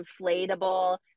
inflatable